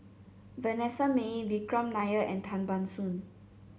Vanessa Mae Vikram Nair and Tan Ban Soon